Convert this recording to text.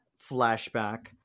flashback